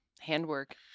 handwork